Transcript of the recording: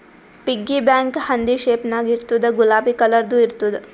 piggy bank ಹಂದಿ shape ನಾಗ್ ಇರ್ತುದ್ ಗುಲಾಬಿ ಕಲರ್ದು ಇರ್ತುದ್